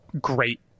great